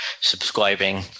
subscribing